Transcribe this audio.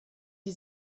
die